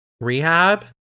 rehab